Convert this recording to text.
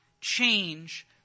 change